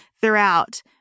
throughout